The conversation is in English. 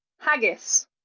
Haggis